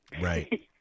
Right